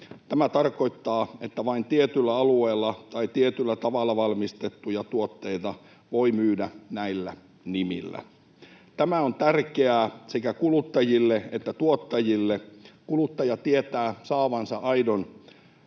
Tämä tarkoittaa, että vain tietyllä alueella tai tietyllä tavalla valmistettuja tuotteita voi myydä näillä nimillä. Tämä on tärkeää sekä kuluttajille että tuottajille. Kuluttaja tietää saavansa aidon